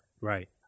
Right